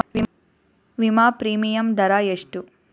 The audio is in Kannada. ವಿಮಾ ಪ್ರೀಮಿಯಮ್ ದರಾ ಎಷ್ಟು?